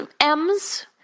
M's